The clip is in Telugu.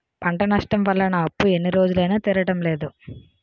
పంట నష్టం వల్ల నా అప్పు ఎన్ని రోజులైనా తీరడం లేదు